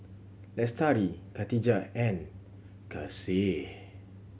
Lestari Khatijah and Kasih